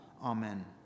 Amen